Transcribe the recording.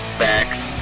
facts